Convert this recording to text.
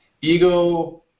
ego